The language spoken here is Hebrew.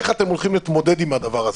איך אתם הולכים להתמודד עם הדבר הזה?